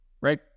right